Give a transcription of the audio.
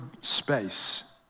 space